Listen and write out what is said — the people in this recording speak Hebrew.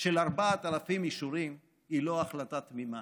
של 4,000 אישורים היא לא החלטה תמימה,